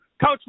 Coach